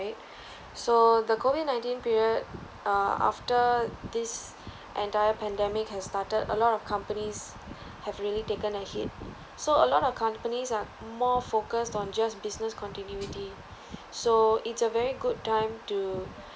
wait so the COVID nineteen period ah after this entire pandemic has started a lot of companies have really taken a hit so a lot of companies are more focused on just business continuity so it's a very good time to